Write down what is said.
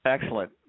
Excellent